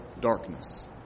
darkness